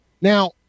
Now